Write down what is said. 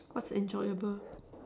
what's enjoyable